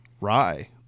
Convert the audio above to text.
rye